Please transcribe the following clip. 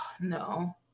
no